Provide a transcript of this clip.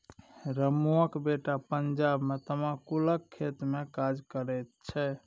रमुआक बेटा पंजाब मे तमाकुलक खेतमे काज करैत छै